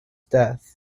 death